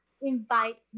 invite